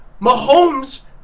Mahomes